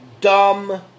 dumb